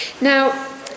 Now